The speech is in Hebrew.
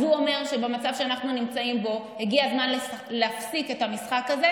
אז הוא אומר שבמצב שאנחנו נמצאים בו הגיע הזמן להפסיק את המשחק הזה.